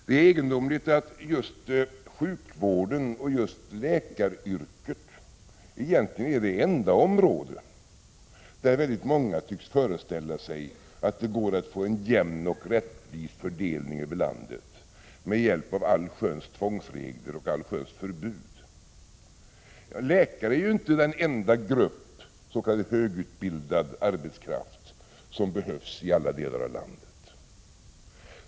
Det är egendomligt att just sjukvården och läkaryrket egentligen är det enda område där väldigt många tycks föreställa sig att det går att få en jämn och rättvis fördelning över landet med hjälp av allsköns tvångsregler och förbud. Läkare är ju inte den enda grupp s.k. högutbildad arbetskraft som behövs i alla delar av landet.